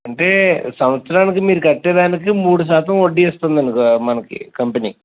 అంటే సంవత్సరానికి మీరు కట్టేదానికి మూడు శాతం వడ్డీ ఇస్తుందండి మనకి కంపెనీ